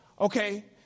Okay